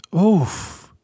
Oof